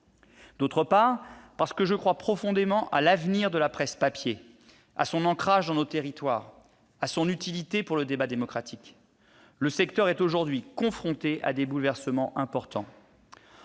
D'autre part, je crois profondément à l'avenir de la presse papier, à son ancrage dans nos territoires et à son utilité pour le débat démocratique. Le secteur est aujourd'hui confronté à des bouleversements importants.